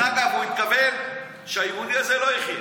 דרך אגב, הוא התכוון שהיהודי הזה לא יחיה.